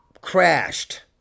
crashed